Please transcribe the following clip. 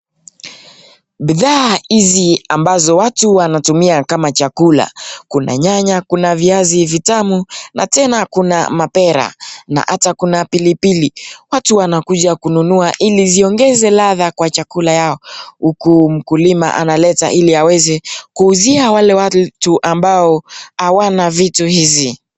Bidhaa hizi ambazo watu wanatumia kama chakula. Kuna nyanya, kuna viazi vitamu na tena kuna mapera na hata kuna pilipili, watu wanakuja kununua ili ziongeze ladha kwa chakula yao. Huku mkulima analeta ili aweze kuuzia wale watu ambao hawana chakula hizi.